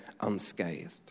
unscathed